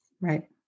Right